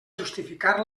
justificar